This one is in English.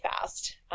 fast